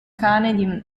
cane